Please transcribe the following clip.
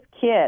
kid